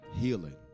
healing